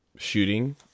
Shooting